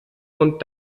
und